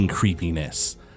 Creepiness